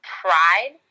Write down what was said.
pride